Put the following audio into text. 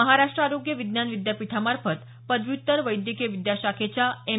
महाराष्ट्र आरोग्य विज्ञान विद्यापीठामार्फत पदव्युत्तर वैद्यकीय विद्याशाखेच्या एम